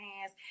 hands